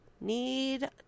Need